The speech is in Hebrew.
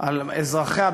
על אזרחיה,